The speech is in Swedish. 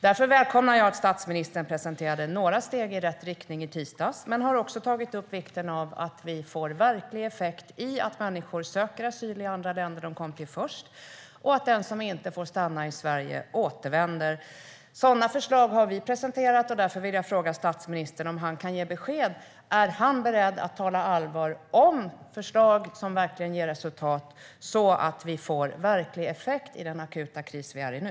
Därför välkomnade jag att statsministern presenterade några steg i rätt riktning i tisdags, men jag har också tagit upp vikten av att vi får verklig effekt i att människor söker asyl i andra länder - det land de kom till först - och att den som inte får stanna i Sverige återvänder. Sådana förslag har vi presenterat. Därför vill jag fråga statsministern om han kan ge besked. Är statsministern beredd att tala allvar om förslag som verkligen ger resultat så att vi får verklig effekt i den akuta kris vi är i nu?